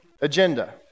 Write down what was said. agenda